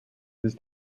his